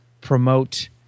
promote